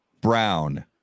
brown